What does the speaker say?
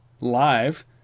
live